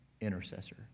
intercessor